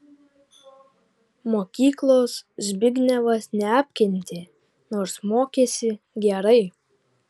mokyklos zbignevas neapkentė nors mokėsi gerai